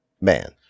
man